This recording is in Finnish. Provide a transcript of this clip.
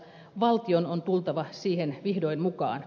valtion on tultava siihen vihdoin mukaan